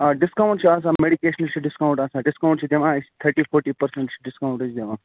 آ ڈسکاونٹ چھُ آسان میڈِکیشنس چھُ ڈسکاونٹ آسان ڈسکاونٹ چِھِ دِوان أسۍ تھٔٹی فوٹی پٔرسنٛٹ چھِ ڈسکاونٹ أسۍ دِوان